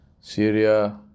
Syria